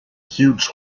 huge